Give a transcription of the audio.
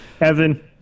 Evan